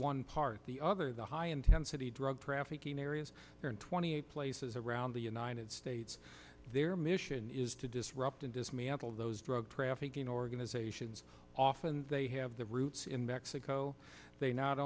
one part the other the high intensity drug trafficking areas in twenty places around the united states their mission is to disrupt and dismantle those drug trafficking organizations often they have their roots in mexico they not